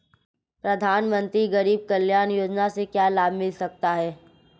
प्रधानमंत्री गरीब कल्याण योजना से क्या लाभ मिल सकता है?